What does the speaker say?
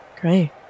Great